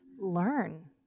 learn